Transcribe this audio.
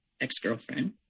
ex-girlfriend